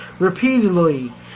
repeatedly